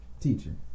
Teacher